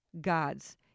gods